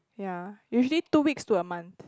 yeah usually two weeks to a month